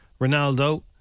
Ronaldo